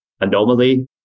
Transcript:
anomaly